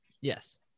Yes